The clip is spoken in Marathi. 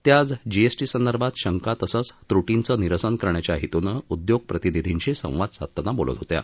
त्या आज जीएसटी संदर्भात शंका तसंच त्रुटींचं निरसन करण्याच्या हेतूनं उद्योग प्रतिनिधींशी संवाद साधताना बोलत होत्या